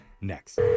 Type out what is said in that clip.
next